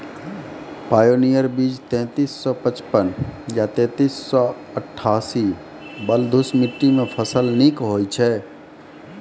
Pioneer बीज तेंतीस सौ पचपन या तेंतीस सौ अट्ठासी बलधुस मिट्टी मे फसल निक होई छै?